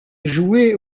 joué